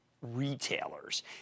retailers